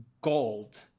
gold